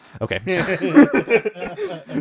Okay